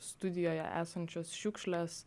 studijoje esančios šiukšles